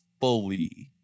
fully